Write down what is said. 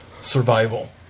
survival